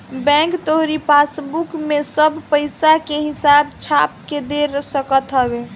bank तोहरी passbook में सब पईसा के हिसाब छाप के दे सकत हवे